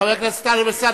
חבר הכנסת טלב אלסאנע,